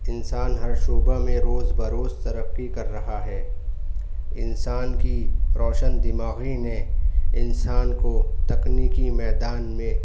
انسان ہر شعبہ میں روز بروز ترقی کر رہا ہے انسان کی روشن دماغی نے انسان کو تکنیکی میدان میں